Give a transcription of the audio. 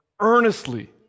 earnestly